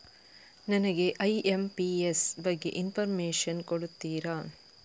ನನಗೆ ಐ.ಎಂ.ಪಿ.ಎಸ್ ಬಗ್ಗೆ ಇನ್ಫೋರ್ಮೇಷನ್ ಕೊಡುತ್ತೀರಾ?